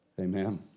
Amen